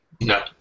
No